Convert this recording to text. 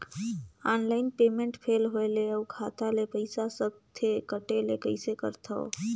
Online payment fail होय ले अउ खाता ले पईसा सकथे कटे ले कइसे करथव?